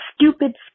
stupid